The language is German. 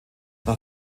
nach